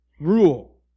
rule